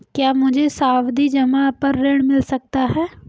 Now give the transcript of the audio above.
क्या मुझे सावधि जमा पर ऋण मिल सकता है?